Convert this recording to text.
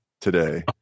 today